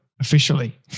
officially